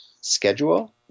schedule